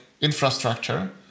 infrastructure